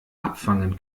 abfangen